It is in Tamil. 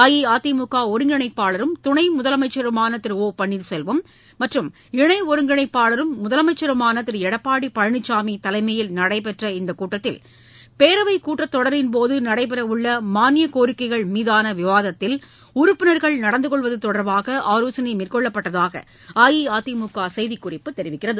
அஇஅதிமுக ஒருங்கிணைப்பாளரும் துணை முதலமைச்சருமான திரு ஒ பன்னீர்செல்வம் மற்றும் இணை ஒருங்கிணைப்பாளரும் முதலமைச்சருமான திரு எடப்பாடி பழனிசாமி தலைமையில் நடைபெற்ற இந்த கூட்டத்தில் பேரவைக்கூட்டத்தொடரின்போது நடைபெறவுள்ள மானியக்கோரிக்கைகள் மீதான விவாதத்தில் உறுப்பினர்கள் நடந்துகொள்வது தொடர்பாக ஆலோசனை மேற்கொள்ளப்பட்டதாக அஇஅதிமக செய்திக்குறிப்பு தெரிவிக்கிறது